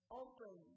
open